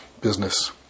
business